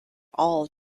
all